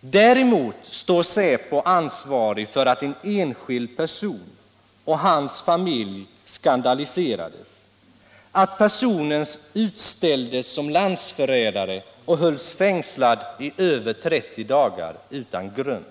Däremot är säpo ansvarig för att en enskild person och hans familj skandaliserades, att personen utställdes som landsförrädare och hölls fängslad i över 30 dagar utan grund.